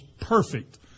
perfect